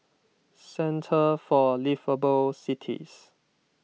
Centre for Liveable Cities